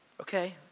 Okay